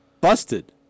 Busted